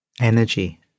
energy